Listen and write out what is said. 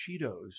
Cheetos